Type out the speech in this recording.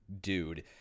dude